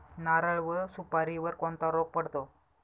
नारळ व सुपारीवर कोणता रोग पडतो?